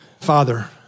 Father